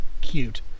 Cute